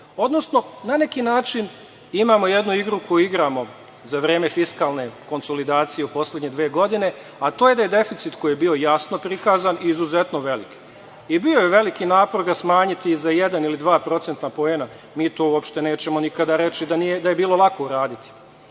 Odnosno, na neki način, imamo jednu igru koju igramo za vreme fiskalne konsolidacije u poslednje dve godine, a to je da je deficit koji je bio jasno prikazan, izuzetno veliki. Bio je veliki napor smanjiti ga za jedan ili dva procentna poena, mi to uopšte nećemo nikada reći da je bilo lako uraditi.